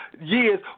years